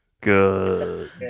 Good